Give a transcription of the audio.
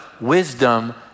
wisdom